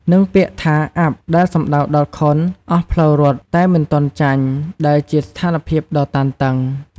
និងពាក្យថា អាប់ ដែលសំដៅដល់ខុនអស់ផ្លូវរត់តែមិនទាន់ចាញ់ ដែលជាស្ថានភាពដ៏តានតឹង។